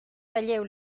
talleu